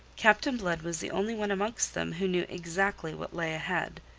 captain blood was the only one amongst them who knew exactly what lay ahead.